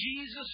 Jesus